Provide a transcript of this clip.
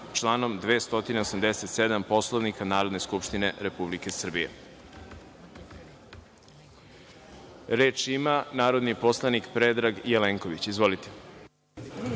članom 287. Poslovnika Narodne skupštine Republike Srbije? (Da.)Reč ima narodni poslanik Predrag Jelenković. Izvolite.